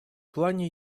плане